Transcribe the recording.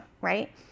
right